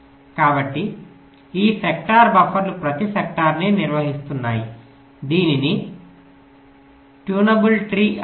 కాబట్టి ఈ సెక్టార్ బఫర్లు ప్రతి సెక్టార్ని నిర్వహిస్తున్నాయి దీనిని ట్యూనబుల్ ట్రీ అంటారు